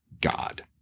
God